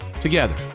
together